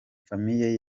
famille